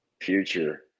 future